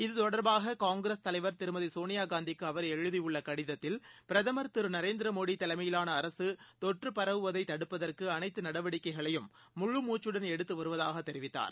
இது தொடர்பாககாங்கிரஸ் தலைவர் திருமதிசோனியாகாந்திக்குஅவர் எழுதியுள்ளகடிதத்தில் பிரதமர் திருநரேந்திரமோடிதலைமையிலானஅரசுதொற்று பரவுவதைதடுப்பதற்குஅனைத்துநடவடிக்கைகளையும் முழு மூச்சுடன் எடுத்துவருவதாகதெரிவித்தார்